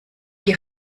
die